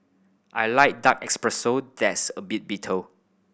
I like dark espresso that's a bit bitter